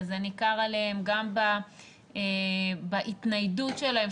וזה ניכר עליהם גם בהתניידות שלהם,